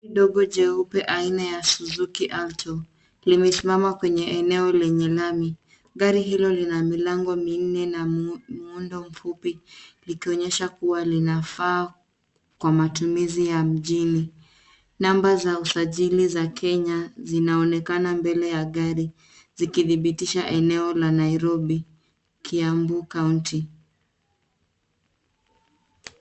Gari dogo jeupe aina ya Suzuki Auto limesimama kwenye eneo lenye lami. Gari hilo lina milago minne na muundo mfupi likionyesha kuwa linafaa kwa matumizi ya mjini. Namba za usajili za Kenya zinazonekana mbele ya gari zikidhibitisha eneo la Nairobi Kiambuu county.